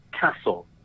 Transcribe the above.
Castle